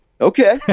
Okay